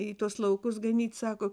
į tuos laukus ganyt sako